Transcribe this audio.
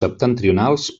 septentrionals